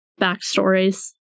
backstories